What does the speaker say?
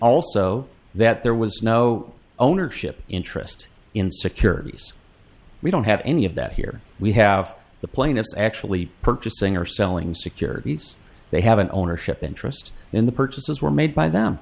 also that there was no ownership interest in securities we don't have any of that here we have the plaintiffs actually purchasing or selling securities they have an ownership interest in the purchases were made by them